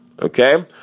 Okay